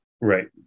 Right